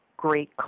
Great